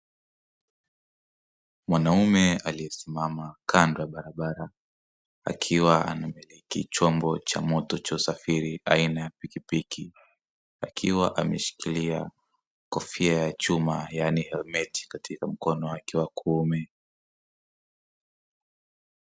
Mwanaume aliyesimama kando ya barabara, akiwa anachombo cha moto cha usafiri aina ya pikipiki, akiwa ameshikilia kofia ya chuma yaani helmeti katika mkono wake wa kuume.